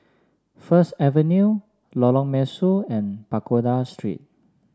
First Avenue Lorong Mesu and Pagoda Street